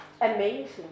amazing